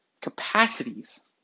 capacities